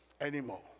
anymore